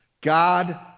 God